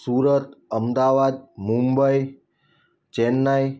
Surat Ahmedabad Mumbai Chennai